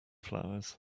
flowers